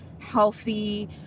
healthy